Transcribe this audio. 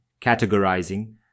categorizing